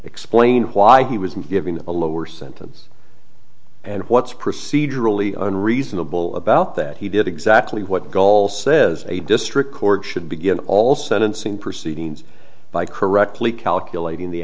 explain why he was given a lower sentence and what's procedurally unreasonable about that he did exactly what goal says a district court should begin all sentencing proceedings by correctly calculating the